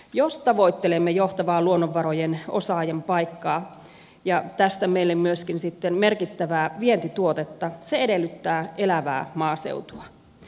jos tavoittelemme johtavaa luonnonvarojen osaajan paikkaa ja tästä meille myöskin sitten merkittävää vientituotetta se edellyttää elävää maaseutua